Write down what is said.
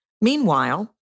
Meanwhile